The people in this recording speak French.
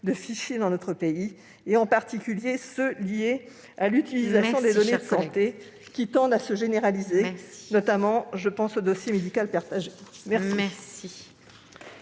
de fichiers dans notre pays, en particulier ceux liés à l'utilisation des données de santé, qui tendent à se généraliser : je pense notamment au dossier médical partagé. La